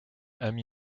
ami